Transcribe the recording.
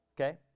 Okay